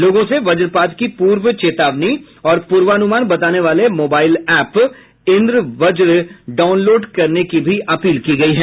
लोगों से वजपात की पूर्व चेतावनी और पूर्वानुमान बताने वाले मोबाइल ऐप इन्द्रवज्ञ डाउनलोड करने की भी अपील की गयी है